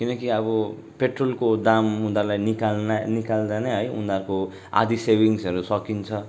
किनकि अब पेट्रोलको दाम उनीहरूलाई निकाल्न निकाल्दा नै है उनीहरूको आधी सेभिङ्सहरू सकिन्छ